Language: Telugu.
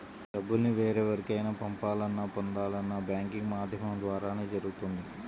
డబ్బుల్ని వేరెవరికైనా పంపాలన్నా, పొందాలన్నా బ్యాంకింగ్ మాధ్యమం ద్వారానే జరుగుతుంది